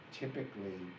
typically